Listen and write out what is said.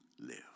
live